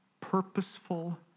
purposeful